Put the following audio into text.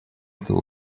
того